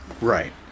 Right